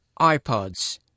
iPods